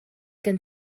gen